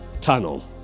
tunnel